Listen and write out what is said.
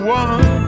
one